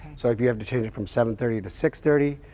so if you have to change it from seven thirty to six thirty,